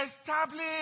established